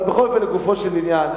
אבל בכל אופן, לגופו של עניין,